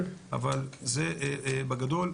זה בגדול.